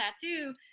tattoo